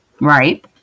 right